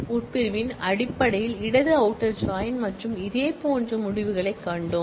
உட்பிரிவின் அடிப்படையில் இடது outer join மற்றும் இதே போன்ற முடிவுகளைக் கண்டோம்